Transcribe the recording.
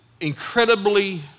incredibly